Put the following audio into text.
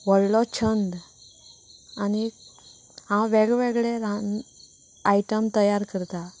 व्हडलो छंद आनी हांव वेगळें वेगळें रान आयटम तयार करतां